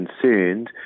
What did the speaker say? concerned